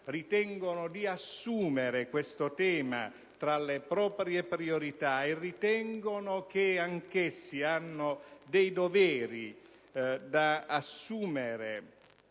ritengono di assumere questo tema tra le proprie priorità e ritengono che anch'essi abbiano dei doveri da assumere